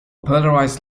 polarized